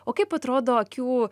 o kaip atrodo akių